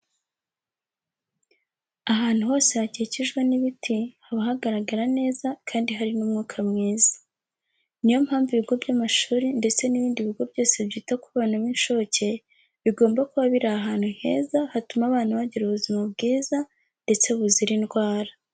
Ahantu hose hakikijwe n'ibiti haba hagaragara neza kandi hari n'umwuka mwiza. Niyo mpamvu ibigo by'amashuri ndetse n'ibindi bigo byose byita ku bana b'incuke, bigomba kuba biri ahantu heza hatuma abana bagira ubuzima bwiza, ndetse buzira indwara.